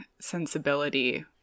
sensibility